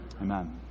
Amen